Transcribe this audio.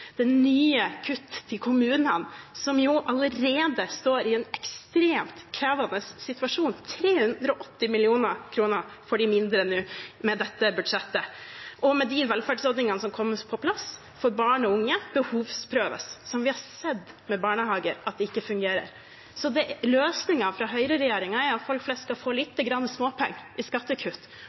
nye kutt til kommunene, som jo allerede står i en ekstremt krevende situasjon – 380 mill. kr mindre får de nå med dette budsjettet. Og de velferdsordningene som kommer på plass for barn og unge, behovsprøves, noe vi har sett at ikke fungerer med barnehager. Løsningen fra høyreregjeringen er at folk skal få lite grann småpenger i skattekutt,